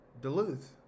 Duluth